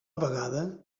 vegada